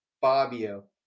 Fabio